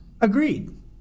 Agreed